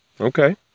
okay